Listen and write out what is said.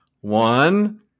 one